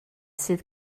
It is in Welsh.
sydd